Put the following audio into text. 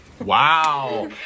Wow